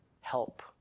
help